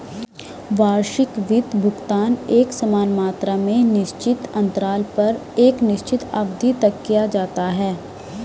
वार्षिक वित्त भुगतान एकसमान मात्रा में निश्चित अन्तराल पर एक निश्चित अवधि तक किया जाता है